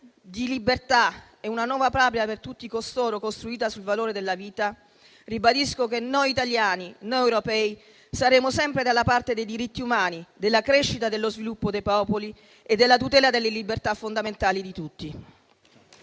di libertà e una nuova Patria per tutti costoro costruita sul valore della vita, ribadisco che noi italiani, noi europei, saremo sempre dalla parte dei diritti umani, della crescita e dello sviluppo dei popoli e della tutela delle libertà fondamentali di tutti.